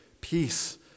peace